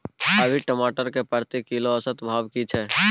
अभी टमाटर के प्रति किलो औसत भाव की छै?